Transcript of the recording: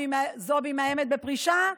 זועבי מאיימת בפרישה?